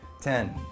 Ten